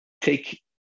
take